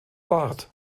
barth